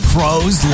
Pros